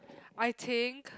I think